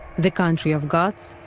the country of gods,